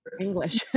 English